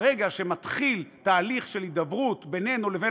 ברגע שמתחיל תהליך של הידברות בינינו לבין